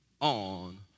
on